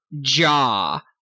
Jaw